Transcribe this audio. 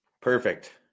perfect